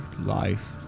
life